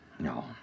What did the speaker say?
No